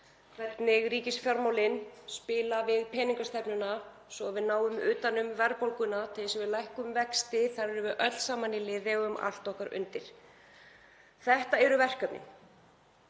hvernig ríkisfjármálin spila við peningastefnuna svo að við náum utan um verðbólguna og getum lækkað vexti. Þar erum við öll saman í liði og eigum allt okkar undir. Þetta eru verkefnin.